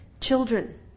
Children